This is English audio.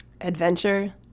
adventure